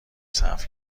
صرف